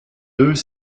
deux